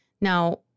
Now